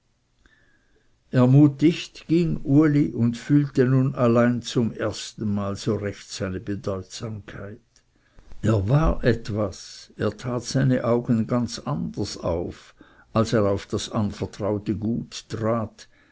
ermutigt ging endlich uli und fühlte nun allein zum erstenmal so recht seine bedeutsamkeit er war etwas er tat seine augen ganz anders auf als er auf das anvertraute gut trat